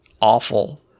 awful